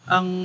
Ang